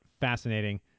fascinating